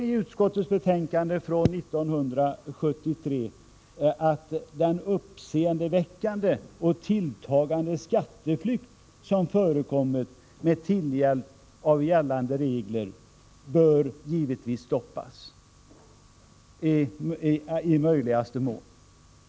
I utskottets betänkande från 1973 står att den uppseendeväckande och tilltagande skatteflykt som förekommer med tillhjälp av gällande regler givetvis bör stoppas i möjligaste mån.